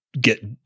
get